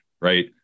right